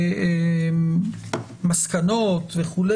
מסקנות וכו'.